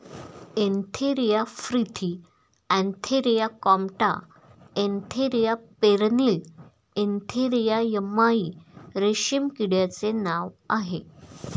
Antheraea फ्रिथी अँथेरिया कॉम्प्टा एंथेरिया पेरनिल एंथेरिया यम्माई रेशीम किड्याचे नाव आहे